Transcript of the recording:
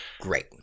Great